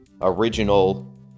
original